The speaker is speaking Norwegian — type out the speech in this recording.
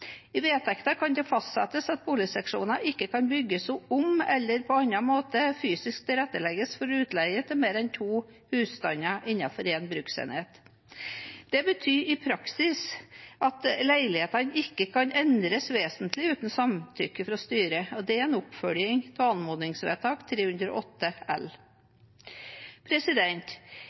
I vedtak kan det fastsettes at boligseksjoner ikke kan bygges om eller på annen måte fysisk tilrettelegges for utleie til mer enn to husstander innenfor én bruksenhet. Det betyr i praksis at leiligheten ikke kan endres vesentlig uten samtykke fra styret. Det er en oppfølging av anmodningsvedtak i Innst. 308